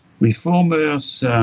reformers